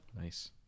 Nice